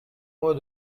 moi